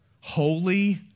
holy